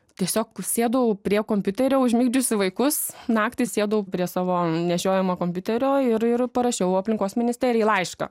tiesiog sėdau prie kompiuterio užmigdžiusi vaikus naktį sėdau prie savo nešiojamo kompiuterio ir irparašiau aplinkos ministerijai laišką